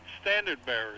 standard-bearer